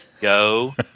Go